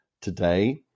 today